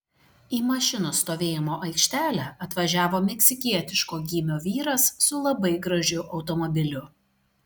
į mašinų stovėjimo aikštelę atvažiavo meksikietiško gymio vyras su labai gražiu automobiliu